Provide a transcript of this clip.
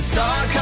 Star